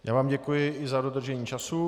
Já vám děkuji i za dodržení času.